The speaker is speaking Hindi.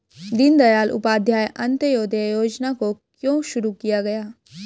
दीनदयाल उपाध्याय अंत्योदय योजना को क्यों शुरू किया गया?